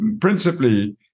principally